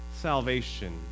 salvation